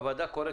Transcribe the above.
הוועדה קוראת